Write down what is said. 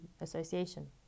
association